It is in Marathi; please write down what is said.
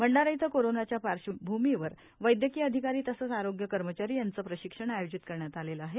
भंडारा इथं कोरोनाच्या पार्श्वभूमीवर वैदयकीय अधिकारी तसेच आरोग्य कर्मचारी यांचे प्रशिक्षण आयोजित करण्यात आलेले आहे